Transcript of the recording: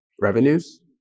revenues